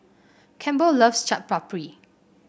Campbell loves Chaat Papri